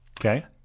Okay